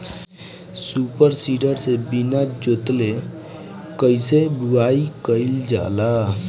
Super seeder से बीना जोतले कईसे बुआई कयिल जाला?